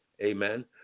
amen